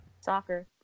Soccer